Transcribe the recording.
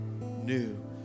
new